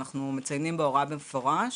אנחנו מציינים במפורש